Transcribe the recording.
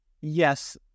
Yes